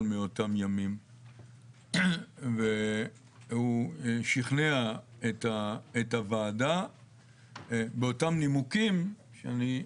מאותם ימים והוא שכנע את הוועדה באותם נימוקים שאני,